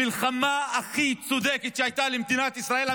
המלחמה הזאת היא הכי צודקת שהייתה למדינת ישראל.